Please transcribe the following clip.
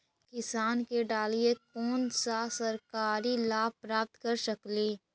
किसान के डालीय कोन सा सरकरी लाभ प्राप्त कर सकली?